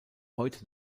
heute